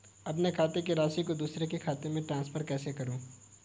अपने खाते की राशि को दूसरे के खाते में ट्रांसफर कैसे करूँ?